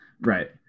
Right